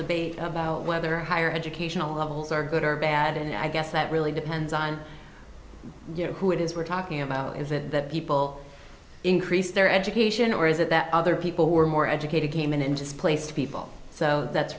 debate about whether higher educational levels are good or bad and i guess that really depends on who it is we're talking about is that people increase their education or is it that other people who are more educated came in and just placed people so that's